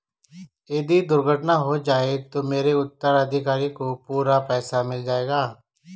यदि दुर्घटना हो जाये तो मेरे उत्तराधिकारी को पूरा पैसा मिल जाएगा?